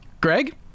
Greg